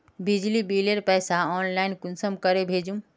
बिजली बिलेर पैसा ऑनलाइन कुंसम करे भेजुम?